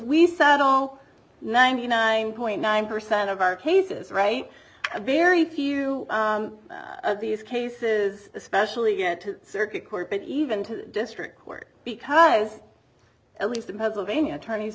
we settle ninety nine point nine percent of our cases right a very few of these cases especially get to circuit court and even to district court because at least in pennsylvania attorneys